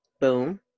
Boom